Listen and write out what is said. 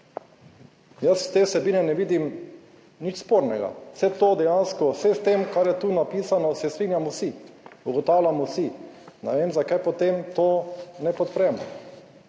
Jaz te vsebine ne vidim nič spornega. Vse to, dejansko vse, s tem, kar je tu napisano, se strinjamo vsi, ugotavljamo vsi. Ne vem, zakaj potem to ne podpremo.